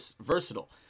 versatile